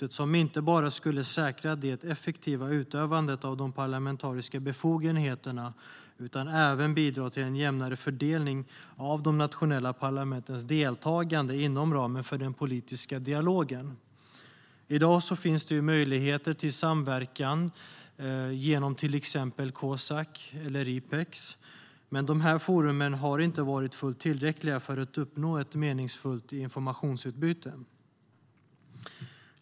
Det skulle inte bara säkra det effektiva utövandet av de parlamentariska befogenheterna utan även bidra till en jämnare fördelning av de nationella parlamentens deltagande inom ramen för den politiska dialogen. I dag finns det möjligheter till samverkan genom till exempel Cosac eller IPEX, men dessa forum har inte varit fullt tillräckliga för att uppnå ett meningsfullt informationsutbyte.